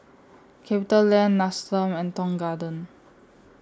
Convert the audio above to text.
CapitaLand Nestum and Tong Garden